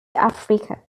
africa